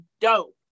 dope